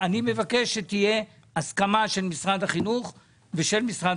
אני מבקש שתהיה הסכמה של משרד החינוך ושל משרד